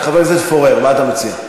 חבר הכנסת פורר, מה אתה מציע?